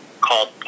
called